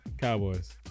Cowboys